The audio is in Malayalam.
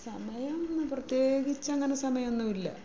സമയം പ്രത്യേകിച്ചങ്ങനെ സമയമൊന്നുമില്ല